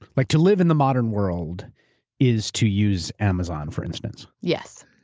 like to live in the modern world is to use amazon for instance? yes.